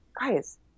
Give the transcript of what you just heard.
guys